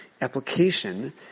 application